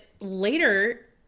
later